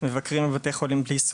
מבקרים בבתי חולים בלי סוף,